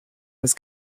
was